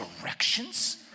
directions